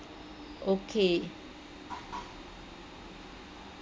okay